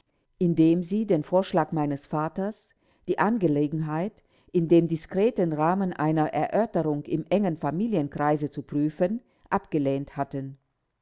indem sie den vorschlag meines vaters die angelegenheit in dem diskreten rahmen einer erörterung im engen familienkreise zu prüfen abgelehnt hatten